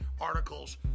articles